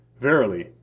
Verily